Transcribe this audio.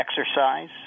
exercise